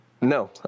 No